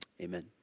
Amen